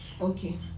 Okay